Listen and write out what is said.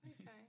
Okay